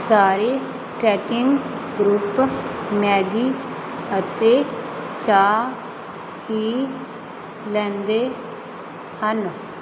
ਸਾਰੇ trekking group Maggi ਅਤੇ ਚਾਹ ਹੀ ਲੈਂਦੇ ਹਨ